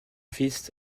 fils